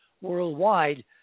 worldwide